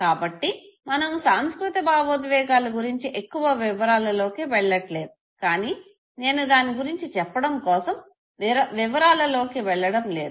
కాబట్టి మనము సాంస్కృతిక భావోద్వేగాల గురించి ఎక్కువ వివరాలలోకి వెళ్లట్లేదు కానీ నేను దాని గురించి చెప్పడంకోసం వివరాలలోకి వెళ్లడం లేదు